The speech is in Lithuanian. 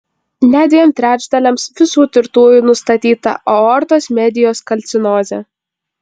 net dviem trečdaliams visų tirtųjų nustatyta aortos medijos kalcinozė